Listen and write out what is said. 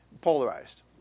polarized